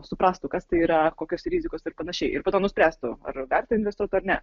suprastų kas tai yra kokios rizikos ir pan ir po to nuspręstų ar verta investuot ar ne